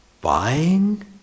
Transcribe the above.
Buying